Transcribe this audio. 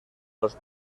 los